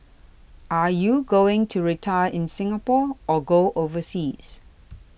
are you going to retire in Singapore or go overseas